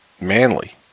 Manly